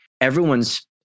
everyone's